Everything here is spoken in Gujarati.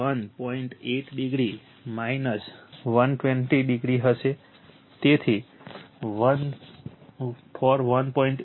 8o 120o હશે તેથી 141